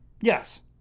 Yes